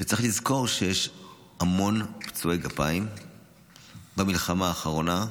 צריך לזכור שיש המון פצועי גפיים במלחמה האחרונה.